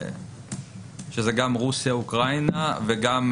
שזה רוסיה, אוקראינה וגם